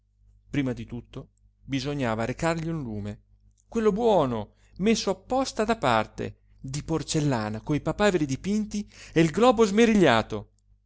prima di tutto bisognava recargli un lume quello buono messo apposta da parte di porcellana coi papaveri dipinti e il globo smerigliato